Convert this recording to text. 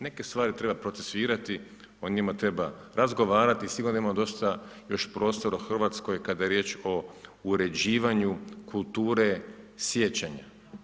Neke stvari treba procesuirati, o njima treba razgovarati i sigurno da imamo dosta još prostora u Hrvatskoj kada je riječ o uređivanju kulture sjećanja.